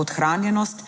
podhranjenost,